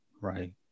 Right